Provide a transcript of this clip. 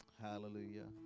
Hallelujah